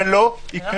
זה לא יקרה.